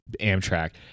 Amtrak